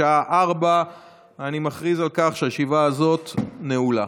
בשעה 16:00. אני מכריז שישיבה זו נעולה.